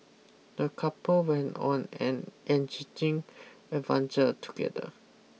the couple went on an enriching adventure together